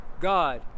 God